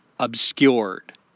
obscured